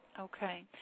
Okay